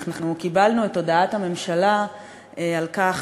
אנחנו קיבלנו את הודעת הממשלה על כך